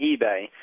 eBay